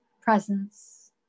presence